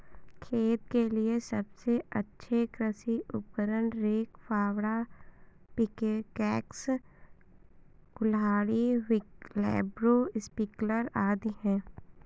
खेत के लिए सबसे अच्छे कृषि उपकरण, रेक, फावड़ा, पिकैक्स, कुल्हाड़ी, व्हीलब्रो, स्प्रिंकलर आदि है